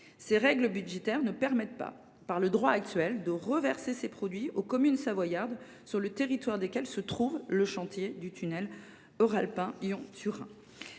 Ces règles budgétaires ne permettent pas, dans le droit en vigueur, de reverser ces produits aux communes savoyardes sur le territoire desquelles se trouve le chantier du tunnel euralpin Lyon Turin.